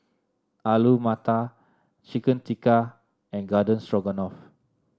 Alu Matar Chicken Tikka and Garden Stroganoff